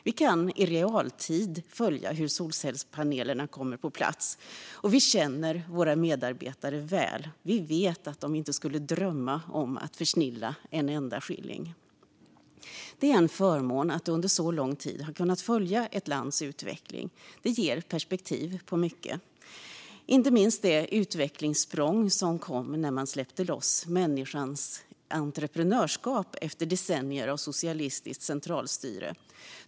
Vi kan i realtid följa hur solcellspanelerna kommer på plats, och vi känner våra medarbetare väl och vet att de inte skulle drömma om att försnilla en enda shilling. Det är en förmån att under så lång tid ha kunnat följa ett lands utveckling. Det ger perspektiv på mycket, inte minst det utvecklingssprång som kom när man släppte loss människans entreprenörskap efter decennier av socialistiskt centralstyre.